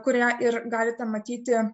kurią ir galite matyti